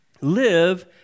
Live